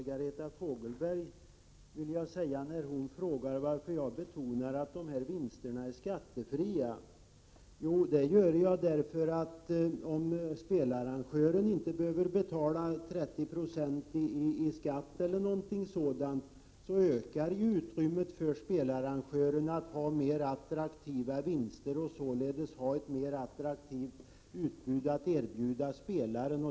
Herr talman! Margareta Fogelberg frågade varför jag betonar att vinsterna är skattefria. Jo, det gör jag därför att om spelarrangören inte behöver betala 30 Yo eller någonting sådant i skatt, ökar utrymmet för spelarrangören att ha mer attraktiva vinster och således ha ett mer attraktivt utbud att erbjuda spelarna.